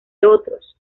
otros